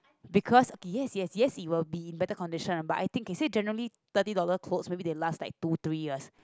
because okay yes yes yes it will be better condition but I think is it generally thirty dollars cloth maybe they last like two three years